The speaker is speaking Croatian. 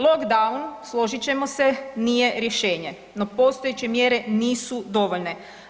Lockdown složit ćemo se nije rješenje, no postojeće mjere nisu dovoljne.